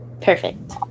Perfect